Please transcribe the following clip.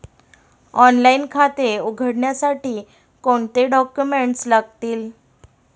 Online खाते उघडण्यासाठी कोणते डॉक्युमेंट्स लागतील?